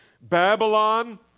Babylon